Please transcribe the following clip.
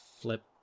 flip